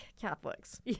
Catholics